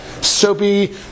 soapy